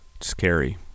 scary